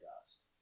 dust